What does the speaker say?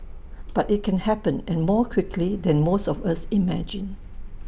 but IT can happen and more quickly than most of us imagine